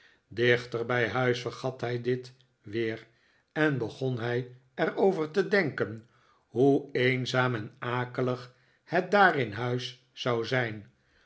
bij huis vergat hij dit weer en begon hij er over te denken hoe eenzaam en akelig het daar in huis zou zijn